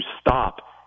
stop